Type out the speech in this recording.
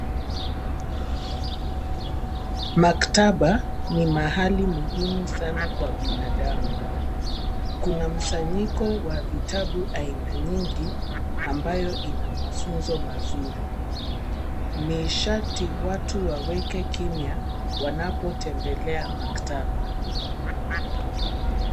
Maktaba ni mahali muhimu sana kwa binadamu. Kuna msanyiko wa vitabu aina nyingi ambayo ina mafunzo mazuri. Ni sharti watu waweke kimya wanapotembelea maktaba.